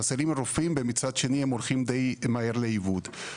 חסרים רופאים מצד שני הם הולכים דיי מהר לאיבוד.